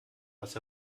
was